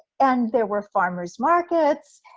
and there were farmers' markets,